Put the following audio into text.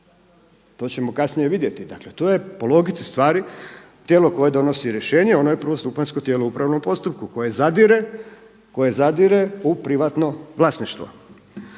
To ćemo kasnije vidjeti. Dakle to je po logici stvari tijelo koje donosi rješenje, ono je prvostupanjsko tijelo u upravnom postupku koje zadire, koje zadire u privatno vlasništvo.